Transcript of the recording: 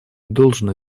должно